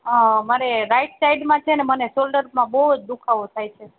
હ મારે રાઈટ સાઈડમાં છે ને મને સોલ્ડરમાં બહુ જ દુ ખાવો થાય છે